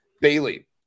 Bailey